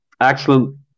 Excellent